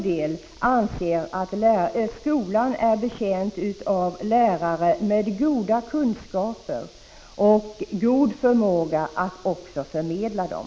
Vi anser att skolan är betjänt av lärare med goda kunskaper och god förmåga att också förmedla dem.